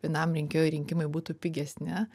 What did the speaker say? vienam rinkėjui rinkimai būtų pigesni